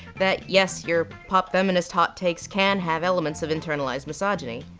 that yes your pop feminist hot takes can have elements of internalized misogyny.